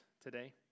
today